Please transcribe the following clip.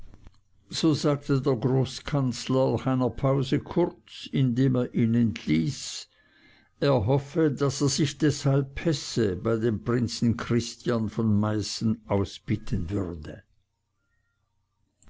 so sagte der großkanzler nach einer pause kurz indem er ihn entließ er hoffe daß er sich deshalb pässe bei dem prinzen christiern von meißen ausbitten würde